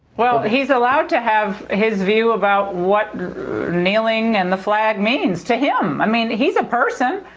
well, but he's allowed to have his view about what kneeling and the flag means to him. i mean, he's a person.